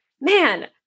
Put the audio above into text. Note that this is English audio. man